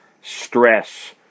stress